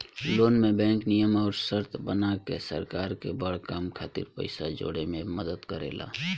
loan में bank नियम अउर शर्त बना के सरकार के बड़ काम खातिर पइसा जोड़े में मदद करेला